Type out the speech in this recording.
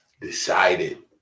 decided